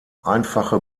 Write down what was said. einfache